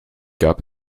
gab